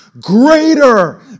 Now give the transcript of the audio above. greater